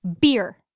beer